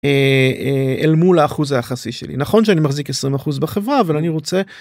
אל מול האחוז היחסי שלי נכון שאני מחזיק 20% בחברה אבל אני רוצה.